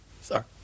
Sorry